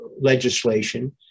legislation